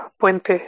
Puente